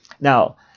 now